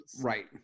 Right